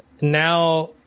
Now